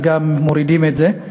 וגם מורידים את המספר.